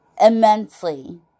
immensely